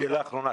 שאלה האחרונה.